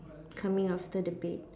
coming after the bait